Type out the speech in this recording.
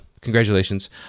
congratulations